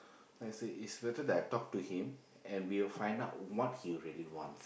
then I say it's better that I talk to him and we will find out what he really want